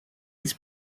its